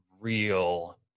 real